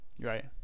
Right